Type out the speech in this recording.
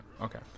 okay